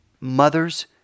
Mothers